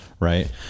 right